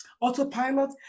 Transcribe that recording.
Autopilot